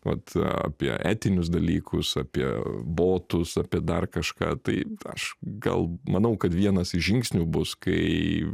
vat apie etinius dalykus apie botus apie dar kažką tai aš gal manau kad vienas iš žingsnių bus kai